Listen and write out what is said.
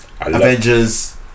Avengers